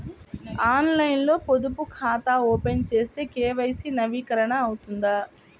ఆన్లైన్లో పొదుపు ఖాతా ఓపెన్ చేస్తే కే.వై.సి నవీకరణ అవుతుందా?